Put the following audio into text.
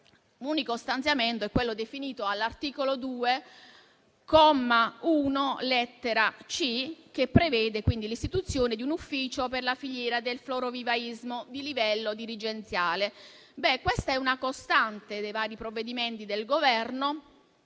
l'unico stanziamento è quello definito dall'articolo 2, comma 1, lettera *c)*, che prevede l'istituzione di un ufficio per la filiera del florovivaismo di livello dirigenziale. Questa è una costante dei vari provvedimenti del Governo: